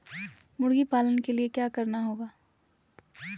मुर्गी पालन के लिए क्या करना होगा?